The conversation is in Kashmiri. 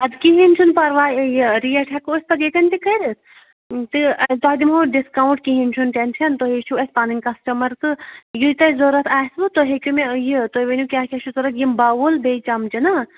اَدٕ کِہیٖنۍ چھُنہٕ پَراوے یہِ ریٹ ہٮ۪کو أسۍ پتہٕ ییٚتٮ۪ن تہِ کٔرِتھ تہٕ تۄہہِ دِمہو ڈِسکاوُنٛٹ کِہیٖنۍ چھُنہٕ ٹٮ۪نشَن تُہۍ ہے چھِو اَسہِ پَنٕنۍ کَسٹٕمَر تہٕ یہِ تۄہہِ ضوٚرتھ آسِوٕ تُہۍ ہیٚکِو مےٚ یہِ تُہۍ ؤنِو کیٛاہ کیٛاہ چھُ ضوٚرَتھ یِم بَوُل بیٚیہِ چَمچہٕ نا